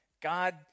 God